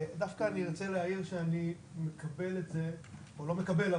דווקא אני ארצה להעיר שאני מקבל את זה או לא מקבל,